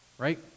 right